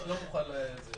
אני לא מוכן לזה.